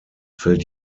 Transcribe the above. fällt